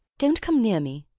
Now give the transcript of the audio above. don't come near me!